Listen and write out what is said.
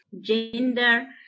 gender